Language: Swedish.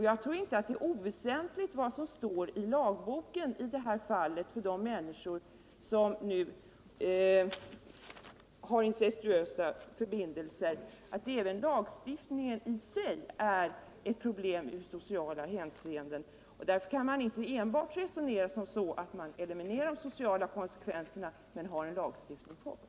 Jag tror inte att det som står i lagboken i det här fallet är oväsentligt för de människor som nu har incestuösa förbindelser. Även lagen i sig är ett 81 problem socialt sett. Därför kan man inte bara resonera som så att man skall eliminera de sociala konsekvenserna samtidigt som man har kvar lagen.